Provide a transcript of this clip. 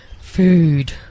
food